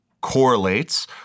correlates